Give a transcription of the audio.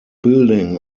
building